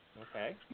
Okay